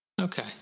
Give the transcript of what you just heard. Okay